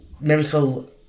Miracle